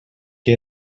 que